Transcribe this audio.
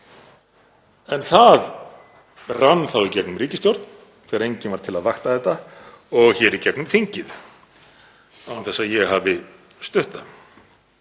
En það rann í gegnum ríkisstjórn þegar enginn var til að vakta þetta og hér í gegnum þingið án þess að ég hafi stutt